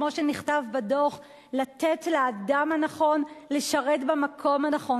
כמו שנכתב בדוח: לתת לאדם הנכון לשרת במקום הנכון.